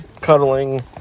cuddling